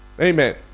Amen